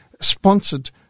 sponsored